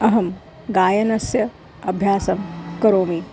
अहं गायनस्य अभ्यासं करोमि